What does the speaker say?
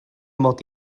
mod